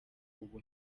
ubu